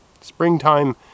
springtime